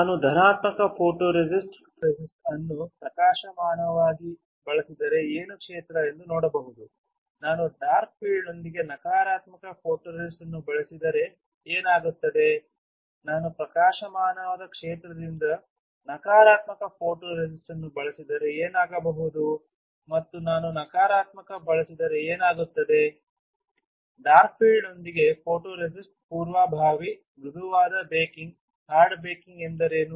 ನಾನು ಧನಾತ್ಮಕ ಫೋಟೊರೆಸಿಸ್ಟ್ ಅನ್ನು ಪ್ರಕಾಶಮಾನವಾಗಿ ಬಳಸಿದರೆ ಏನು ಕ್ಷೇತ್ರ ಎಂದು ನೋಡಬಹುದು ನಾನು ಡಾರ್ಕ್ ಫೀಲ್ಡ್ನೊಂದಿಗೆ ಸಕಾರಾತ್ಮಕ ಫೋಟೊರೆಸಿಸ್ಟ್ ಅನ್ನು ಬಳಸಿದರೆ ಏನಾಗುತ್ತದೆ ನಾನು ಪ್ರಕಾಶಮಾನವಾದ ಕ್ಷೇತ್ರದೊಂದಿಗೆ ನಕಾರಾತ್ಮಕ ಫೋಟೊರೆಸಿಸ್ಟ್ ಅನ್ನು ಬಳಸಿದರೆ ಏನಾಗಬಹುದು ಮತ್ತು ನಾನು ನಕಾರಾತ್ಮಕ ಬಳಸಿದರೆ ಏನಾಗುತ್ತದೆ ಡಾರ್ಕ್ ಫೀಲ್ಡ್ನೊಂದಿಗೆ ಫೋಟೊರೆಸಿಸ್ಟ್ ಪೂರ್ವಭಾವಿ ಮೃದುವಾದ ಬೇಕಿಂಗ್ ಹಾರ್ಡ್ ಬೇಕಿಂಗ್ ಎಂದರೇನು